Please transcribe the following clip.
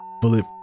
Bullet